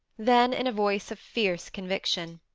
then, in a voice of fierce conviction,